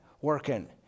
working